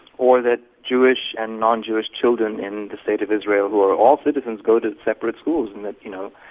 or that jewish and non-jewish children in the state of israel who are all citizens go to separate schools and that, you know,